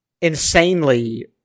insanely